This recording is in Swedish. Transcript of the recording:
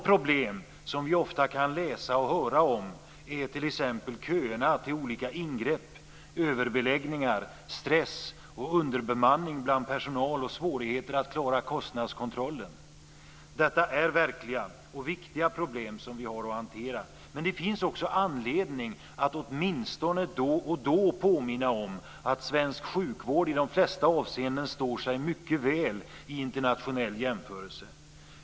Problem som vi ofta kan läsa och höra om är t.ex. köerna till olika ingrepp, överbeläggningar, stress och underbemanning bland personal samt svårigheter att klara kostnadskontrollen. Detta är verkliga och viktiga problem som vi har att hantera. Men det finns också anledning att åtminstone då och då påminna om att svensk sjukvård i de flesta avseenden står sig mycket väl i internationell jämförelse.